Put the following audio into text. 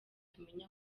tumenye